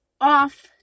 off